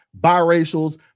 biracials